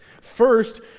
First